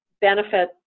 benefit